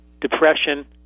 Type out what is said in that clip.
depression